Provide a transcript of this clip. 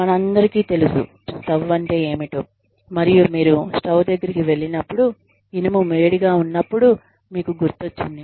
మనందరికీ తెలుసు స్టవ్ అంటే ఏమిటో మరియు మీరు స్టవ్ దగ్గరికి వెళ్ళినప్పుడు ఇనుము వేడిగా ఉన్నప్పుడు మీకు గుర్తొచ్చింది